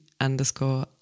underscore